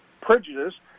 prejudice